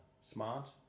smart